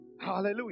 Hallelujah